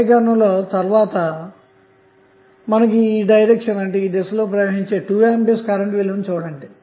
సమీకరణం లో తరువాత ఈ దిశలో ప్రవహించే2Aకరెంట్ విలువను చుడండి